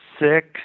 six